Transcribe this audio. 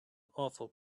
awful